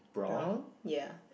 brown ya